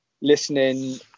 listening